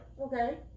Okay